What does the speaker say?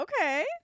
Okay